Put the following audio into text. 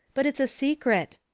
but it's a secret.